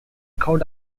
court